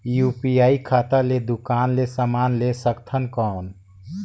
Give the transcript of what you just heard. UPI खाता ले दुकान ले समान ले सकथन कौन?